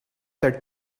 that